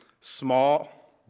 small